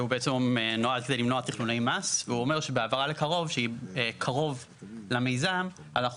הוא נועד למנוע תכנוני מס והוא אומר שבהעברה לקרוב אנחנו רואים